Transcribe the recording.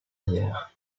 hier